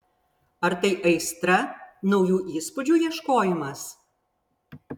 ar tai aistra naujų įspūdžių ieškojimas